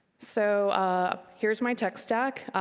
so ah here's my text stack.